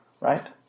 right